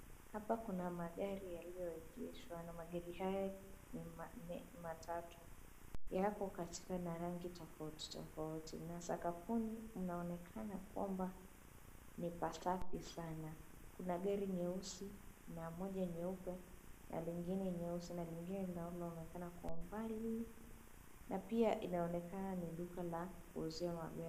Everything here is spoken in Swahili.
Hapa kuna magari yaliyoegeshwa na magari hayo ni matatu. Yako katika na rangi tofauti tofauti na sakafuni mnaonekana kwamba ni pasafi sana. Kuna gari nyeusi na moja nyeupe na lingine nyeusi na lingine ambalo linaonekana kwa umbali na pia inaonekana ni duka la kuuzia magari.